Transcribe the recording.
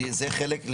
כי זה חלק,